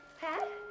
Pat